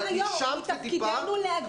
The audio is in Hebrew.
אדוני היו"ר, מתפקידנו להגיב.